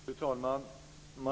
Fru talman!